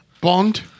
Bond